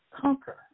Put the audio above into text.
conquer